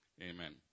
amen